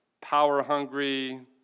power-hungry